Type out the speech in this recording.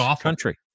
country